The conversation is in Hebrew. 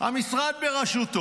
המשרד בראשותו,